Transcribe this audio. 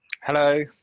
hello